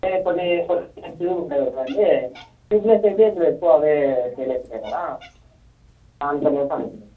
కొన్ని ట్యూబ్ ఉంటాయి కదాండి ట్యూబ్లెస్ అయితే ఇప్పుడు ఎక్కువ అవే సేల్ అయితున్నాయి కదా దానికి అనేసి అడుగుతున్నాను